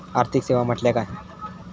आर्थिक सेवा म्हटल्या काय?